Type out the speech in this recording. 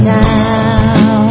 now